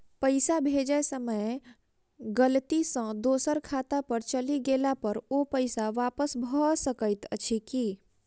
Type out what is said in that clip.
पैसा भेजय समय गलती सँ दोसर खाता पर चलि गेला पर ओ पैसा वापस भऽ सकैत अछि की?